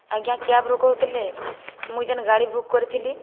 ଆଜ୍ଞା କ୍ୟାବ୍ରୁ କହୁଥିଲେ ମୁଇଁ ଯେନ୍ ଗାଡ଼ି ବୁକ୍ କରିଥିଲି